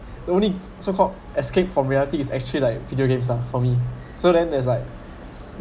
the only so called escape from reality is actually like video games are for me so then there's like